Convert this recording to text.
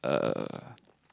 uh